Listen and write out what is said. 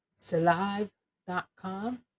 Salive.com